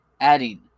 adding